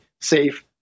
safe